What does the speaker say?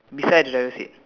beside the driver seat